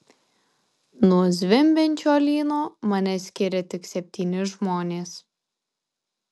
nuo zvimbiančio lyno mane skiria tik septyni žmonės